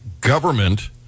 government